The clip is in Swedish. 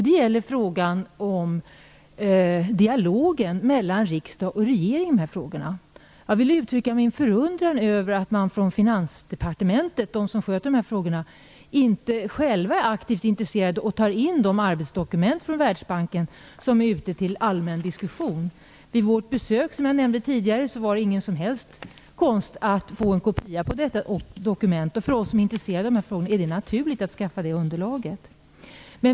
Det gäller dialogen mellan riksdag och regeringen i dessa frågor. Jag vill uttrycka min förundran över att man från Finansdepartementet, där man sköter dessa frågor, inte själv är aktivt intresserad och tar in de arbetsdokument från Världsbanken som finns ute för allmän diskussion. Vid vårt besök, som jag nämnde tidigare, var det ingen som helst konst att få en kopia på detta dokument. För oss som är intresserade av dessa frågor är det naturligt att skaffa detta underlag.